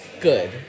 good